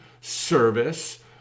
service